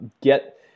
get